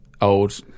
old